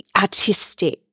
artistic